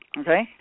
okay